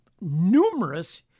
numerous